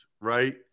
right